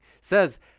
Says